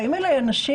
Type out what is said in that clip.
באים אלי אנשים,